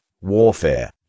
warfare